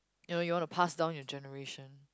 you know you want to pass down your generation